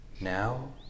Now